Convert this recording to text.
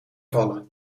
vallen